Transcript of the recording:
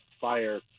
fire